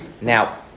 Now